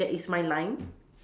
that is my line